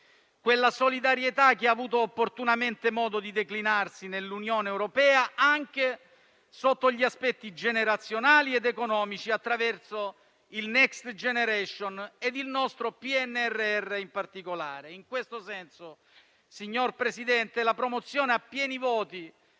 quella solidarietà che ha avuto opportunamente modo di declinarsi nell'Unione europea, anche sotto gli aspetti generazionali ed economici, attraverso il Next generation EU ed il nostro PNRR in particolare. Signor Presidente del Consiglio, in questo senso la promozione a pieni voti